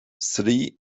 sri